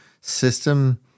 system